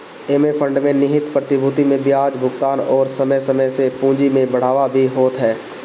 एमे फंड में निहित प्रतिभूति पे बियाज भुगतान अउरी समय समय से पूंजी में बढ़ावा भी होत ह